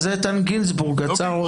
אז איתן גינזבורג עצר אותי.